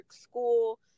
school